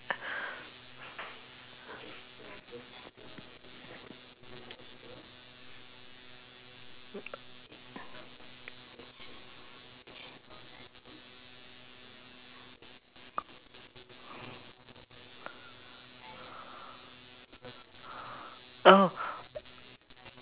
oh